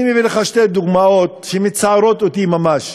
אני מביא לך שתי דוגמאות שמצערות אותי ממש,